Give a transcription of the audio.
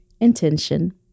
Intention